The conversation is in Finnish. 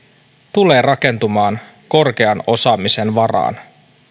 tulee rakentumaan korkean osaamisen varaan